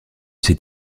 ses